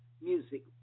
music